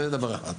זה דבר אחד.